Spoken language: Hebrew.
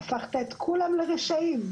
הפכת את כולם לרשעים.